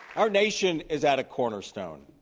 our nation is at a cornerstone.